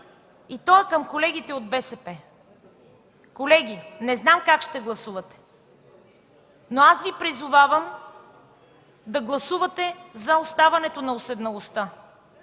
и той е към колегите от БСП. Колеги, не зная как ще гласувате, но Ви призовавам да гласувате за оставането на уседналостта.